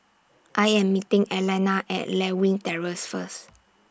I Am meeting Alannah At Lewin Terrace First